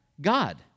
God